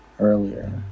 earlier